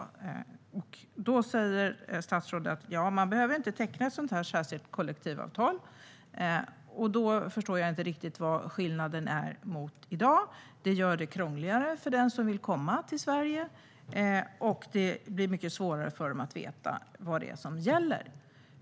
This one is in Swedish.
Statsrådet säger att man inte behöver teckna ett särskilt kollektivavtal. Då förstår jag inte riktigt vad skillnaden är mot i dag. Det gör det krångligare för den som vill komma till Sverige, och det blir mycket svårare för dem att veta vad det är som gäller.